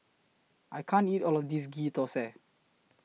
I can't eat All of This Ghee Thosai